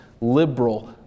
liberal